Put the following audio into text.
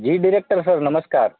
જી director sir નમસ્કાર